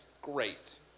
Great